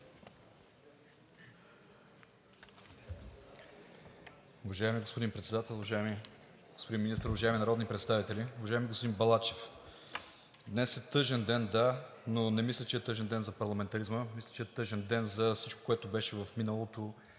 днес е тъжен ден, да, но не мисля, че е тъжен ден за парламентаризма. Мисля, че е тъжен ден за всичко, което беше в миналото.